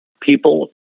people